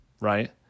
right